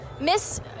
Miss